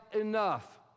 enough